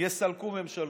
יסלקו ממשלות.